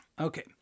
Okay